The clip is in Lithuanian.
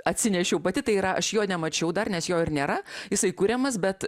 atsinešiau pati tai yra aš jo nemačiau dar nes jo ir nėra jisai kuriamas bet